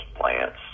plants